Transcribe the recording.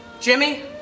Jimmy